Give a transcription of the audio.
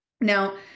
Now